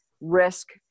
risk